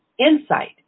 insight